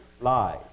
lies